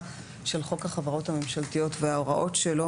של חוק החברות הממשלתיות וההוראות שלו.